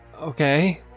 Okay